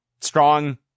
strong